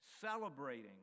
celebrating